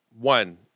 one